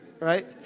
right